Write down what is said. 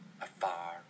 afar